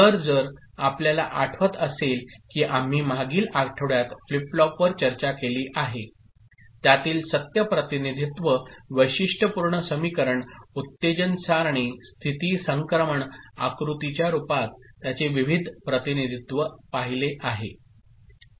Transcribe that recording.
तर जर आपल्याला आठवत असेल की आम्ही मागील आठवड्यात फ्लिप फ्लॉपवर चर्चा केली आहे त्यातील सत्य प्रतिनिधित्त्व वैशिष्ट्यपूर्ण समीकरण उत्तेजन सारणीस्थितीसंक्रमण आकृतीच्यारूपात त्याचे विविध प्रतिनिधित्व आहे